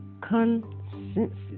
consensus